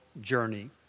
journey